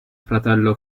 fratello